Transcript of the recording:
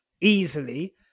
easily